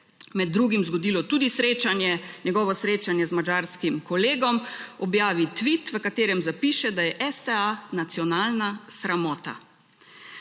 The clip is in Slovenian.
med drugim zgodilo tudi srečanje, njegovo srečanje z madžarskim kolegom, objavi tvit, v katerem zapiše, da je STA nacionalna sramota.